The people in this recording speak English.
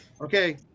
Okay